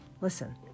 Listen